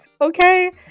okay